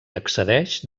accedeix